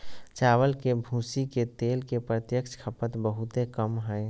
चावल के भूसी के तेल के प्रत्यक्ष खपत बहुते कम हइ